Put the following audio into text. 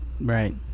right